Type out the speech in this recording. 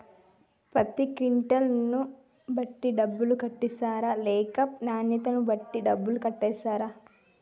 పత్తి క్వింటాల్ ను బట్టి డబ్బులు కట్టిస్తరా లేక నాణ్యతను బట్టి డబ్బులు కట్టిస్తారా?